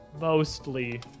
mostly